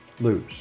lose